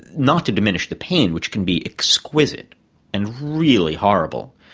not to diminish the pain, which can be exquisite and really horrible,